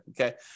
Okay